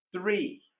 Three